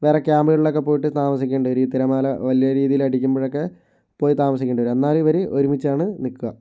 വേറെ ക്യാമ്പുകളിലൊക്കെ പോയിട്ട് താമസിക്കേണ്ടി വരും ഈ തിരമാല വലിയ രീതിയിൽ അടിക്കുമ്പോഴൊക്കെ പോയി താമസിക്കേണ്ടി വരും എന്നാലും ഇവർ ഒരുമിച്ചാണ് നിൽക്കുക